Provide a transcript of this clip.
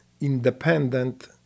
independent